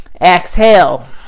exhale